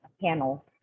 panel